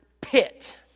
pit